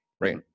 right